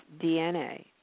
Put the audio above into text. DNA